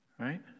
right